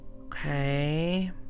okay